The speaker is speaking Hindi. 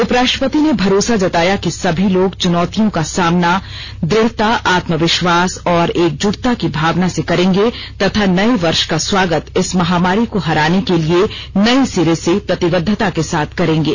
उप राष्ट्रपति ने भरोसा जताया कि सभी लोग चुनौतियों का सामना दृढ़ता आत्मविश्वास और एकजुटता की भावना से करेंगे तथा नये वर्ष का स्वागत इस महामारी को हराने के लिए नये सिरे से प्रतिबद्धता के साथ करेंगे